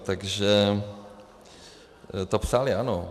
Takže to psali, ano.